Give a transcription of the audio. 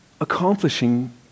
accomplishing